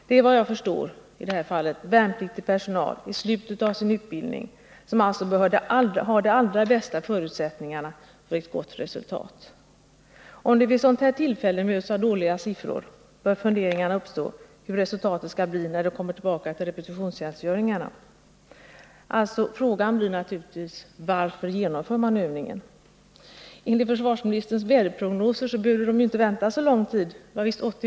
Det är, såvitt jag förstår, fråga om värnpliktig personal i slutet av sin utbildning, varför de alltså bör ha de allra bästa förutsättningar att nå ett gott resultat. Om de vid ett sådant här tillfälle möts av dåliga siffror, kan de fundera över hur resultatet blir när de kommer tillbaka till repetitionstjänstgöringarna. Frågan blir naturligtvis: Varför genomför man övningen? Enligt försvarsministerns värdeprognoser skulle de inte ha behövt vänta så lång tid på vackert väder.